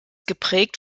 geprägt